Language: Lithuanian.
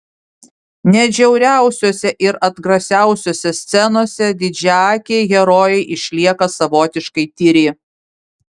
net žiauriausiose ir atgrasiausiose scenose didžiaakiai herojai išlieka savotiškai tyri